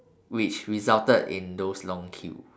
which resulted in those long queues